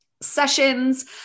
Sessions